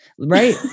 Right